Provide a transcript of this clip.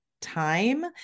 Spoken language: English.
time